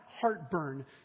heartburn